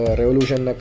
revolution